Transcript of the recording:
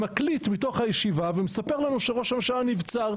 מקליט מתוך הישיבה ומספר לנו שראש הממשלה נבצר.